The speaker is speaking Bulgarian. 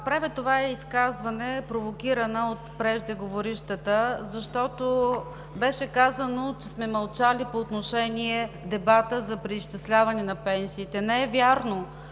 Правя това изказване, провокирана от преждеговорившата, защото беше казано, че сме мълчали по отношение дебата за преизчисляване на пенсиите. Не е вярно!